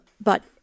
but-